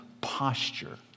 posture